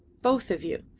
both of you.